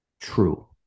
true